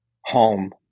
home